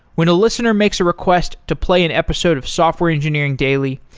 when a listener makes a request to play an episode of software engineering daily.